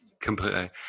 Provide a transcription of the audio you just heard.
Completely